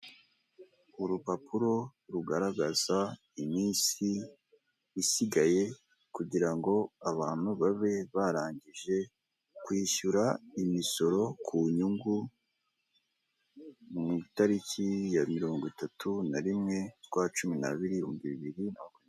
Urupapuro rugaragaza iminsi isigaye kugira ngo abantu babe barangije kwishyura imisoro ku nyungu, ku itariki ya mirongo itatu na rimwe y'ukwa cumi n'abiri, mu bihumbi bibiri.